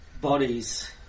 bodies